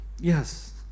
Yes